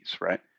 right